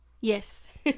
Yes